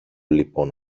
λοιπόν